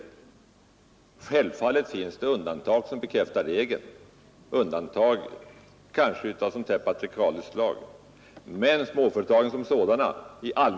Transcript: Men självfallet kan det i undantagsfall finnas småföretag som sköts patriarkaliskt eller på annat sätt mindre företagsdemokratiskt, men det är i så fall undantag som bekräftar regeln.